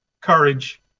courage